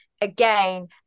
again